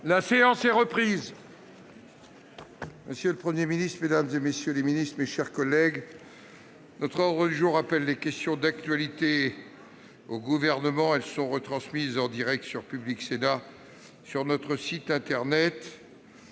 La séance est reprise.